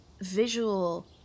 visual